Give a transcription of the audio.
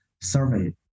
survey